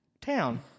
town